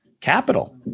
capital